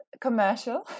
commercial